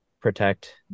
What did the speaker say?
protect